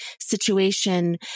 situation